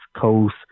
Coast